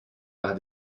par